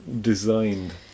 Designed